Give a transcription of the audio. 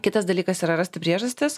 kitas dalykas yra rasti priežastis